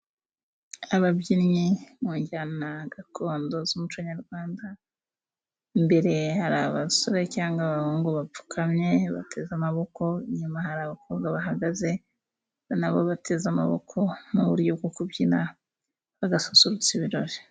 Ababyinnyi mu njyana gakondo z'umuco nyarwanda, mbere hari abasore cyangwa abahungu bapfukamye bateze amaboko. Nyuma hari abakobwa bahagaze nabo bateze amaboko mu buryo bwo kubyina bagasusurutsa ibirori.